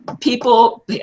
people